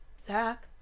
Zach